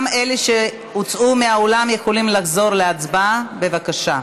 גם אלה שהוצאו מהאולם יכולים לחזור להצבעה, בבקשה.